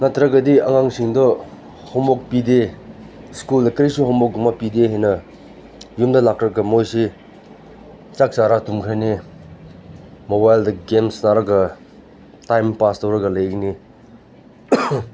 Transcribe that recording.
ꯅꯠꯇ꯭ꯔꯒꯗꯤ ꯑꯉꯥꯡꯁꯤꯡꯗꯣ ꯍꯣꯝꯋꯣꯔꯛ ꯄꯤꯗꯦ ꯁ꯭ꯀꯨꯜꯗ ꯀꯔꯤꯁꯨ ꯍꯣꯝꯋꯣꯔꯛꯀꯨꯝꯕ ꯄꯤꯗꯦ ꯍꯥꯏꯅ ꯌꯨꯝꯗ ꯂꯥꯛꯂꯒ ꯃꯣꯏꯁꯦ ꯆꯥꯛ ꯆꯥꯔꯒ ꯇꯨꯝꯈ꯭ꯔꯅꯤ ꯃꯣꯕꯥꯏꯜꯗ ꯒꯦꯝ ꯁꯥꯟꯅꯔꯒ ꯇꯥꯏꯝ ꯄꯥꯁ ꯇꯧꯔꯒ ꯂꯩꯒꯅꯤ